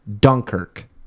Dunkirk